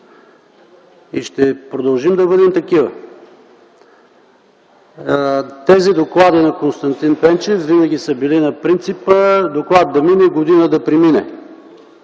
И ще продължим да бъдем такива. Тези доклади на Константин Пенчев винаги са били на принципа „доклад да мине, година да премине”.